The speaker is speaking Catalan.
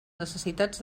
necessitats